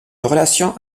relation